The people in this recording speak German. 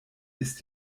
ist